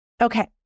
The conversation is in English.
Okay